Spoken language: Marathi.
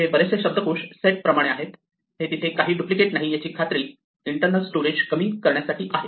हे बरेचसे शब्दकोश सेट प्रमाणे आहे हे तिथे काहीही डुप्लिकेट नाही याची खात्री इंटरनल स्टोरेज कमी करण्यासाठी आहे